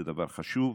זה דבר חשוב.